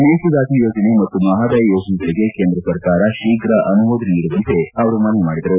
ಮೇಕೆದಾಟು ಯೋಜನೆ ಮತ್ತು ಮಹದಾಯಿ ಯೋಜನೆಗಳಿಗೆ ಕೇಂದ್ರ ಸರ್ಕಾರ ಶೀಘ ಅನುಮೋದನೆ ನೀಡುವಂತೆ ಮನವಿ ಮಾಡಿದರು